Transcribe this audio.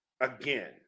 again